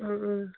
അ ആ